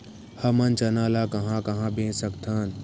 हमन चना ल कहां कहा बेच सकथन?